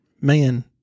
man